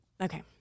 okay